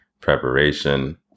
preparation